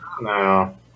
No